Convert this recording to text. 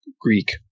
Greek